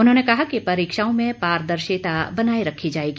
उन्होंने कहा कि परीक्षाओं में पारदर्शिता बनाए रखी जाएगी